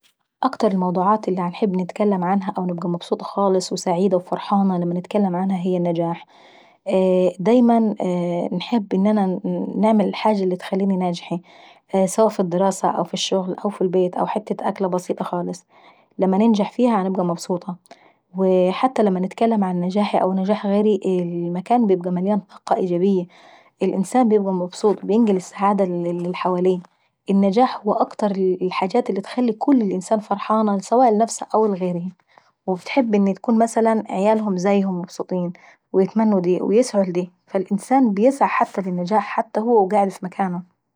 اكتر الموضوعات اللي باحب نتكلم عنها او باكون مبسوطة وفرحانة خالص لما نتكلم عنها هي النجاح. دايما انحب نعمل الحاجة اللي تخليني ناجحي، سواء في الدراسة او في الشغل او في البيت أو حتة أكلة بسيطة خالص ما ننجح فيها بابقى مبسوطة. حتى لما نتكلم عن نجاحي او نجاح غيري المكان بيبقى مليان بالطاقة الايجابيي، الانسان بيبقى مبسوط وبينقل السعادة للي حواليه. النجاح هو اكتر الحاجات اللي اتخلي الناس فرحانة سواء لنفسهي او لغيرهي، بتحب ان يكون مثلا عيالهم زيهم مبسوطين وبيسعوا لدي، فالانسان بيسعى حتى للنجاح. حتى وهو قاعد مكانه.